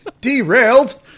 Derailed